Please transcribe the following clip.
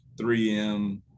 3M